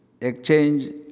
exchange